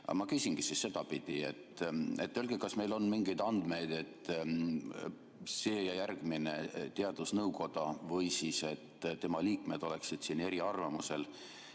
ma küsingi sedapidi, et öelge, kas meil on mingeid andmeid, et see ja järgmine teadusnõukoda või selle liikmed oleksid eriarvamusel